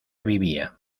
vivía